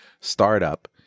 startup